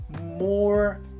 more